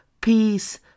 peace